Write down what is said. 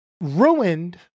ruined